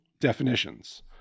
definitions